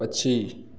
पक्षी